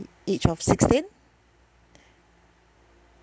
age of sixteen